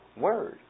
Word